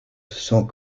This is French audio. sont